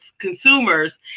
consumers